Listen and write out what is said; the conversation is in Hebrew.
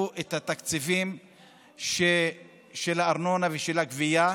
את התקציבים של הארנונה ושל הגבייה,